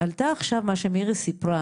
עלה פה עכשיו מה שמירי סיפרה.